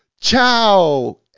ciao